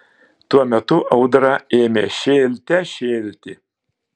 tuo metu audra ėmė šėlte šėlti